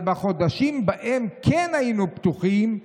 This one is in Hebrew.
אבל בחודשים בהם כן היינו פתוחים,